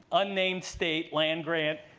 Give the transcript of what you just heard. unnamed state, land grant